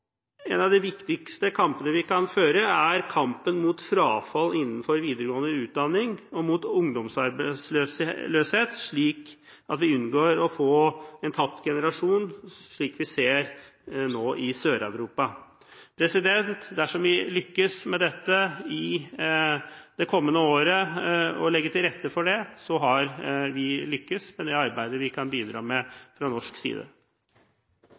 en av de viktigste kampene vi kan føre – og mot ungdomsarbeidsløshet, slik at vi unngår å få en tapt generasjon, slik vi nå ser i Sør-Europa. Dersom vi lykkes med å legge til rette for dette i det kommende året, har vi lyktes i det arbeidet vi kan bidra med, fra norsk side.